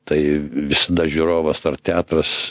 tai visada žiūrovas ar teatras